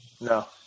No